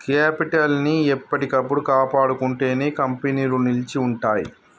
capital ని ఎప్పటికప్పుడు కాపాడుకుంటేనే కంపెనీలు నిలిచి ఉంటయ్యి